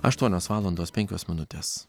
aštuonios valandos penkios minutės